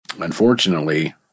unfortunately